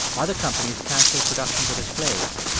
other companies canceled productions of his plays.